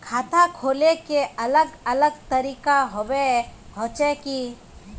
खाता खोले के अलग अलग तरीका होबे होचे की?